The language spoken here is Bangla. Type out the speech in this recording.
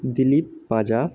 দিলীপ পাঁজা